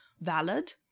valid